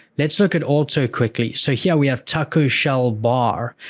let's look at auto quickly. so, here we have taco shell bar.